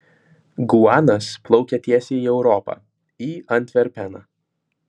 guanas plaukia tiesiai į europą į antverpeną